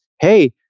hey